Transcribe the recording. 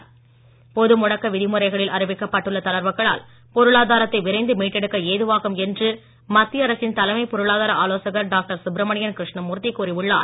தளர்வு பொதுமுடக்க விதிமுறைகளில் அறிவிக்கப்பட்டுள்ள தளர்வுகளால் பொருளாதாரத்தை விரைந்து மீட்டெடுக்க ஏதுவாகும் என்று மத்திய அரசின் தலைமை பொருளாதார ஆலோசகர் டாக்டர் சுப்ரமணியன் கிருஷ்ணமூர்த்தி கூறியுள்ளார்